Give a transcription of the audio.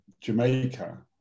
Jamaica